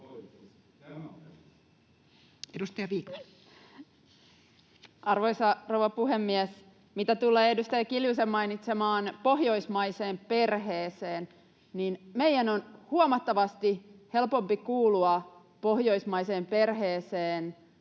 15:39 Content: Arvoisa rouva puhemies! Mitä tulee edustaja Kiljusen mainitsemaan pohjoismaiseen perheeseen, niin meidän on huomattavasti helpompi kuulua pohjoismaiseen perheeseen